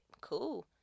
cool